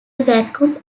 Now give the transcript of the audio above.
vacuum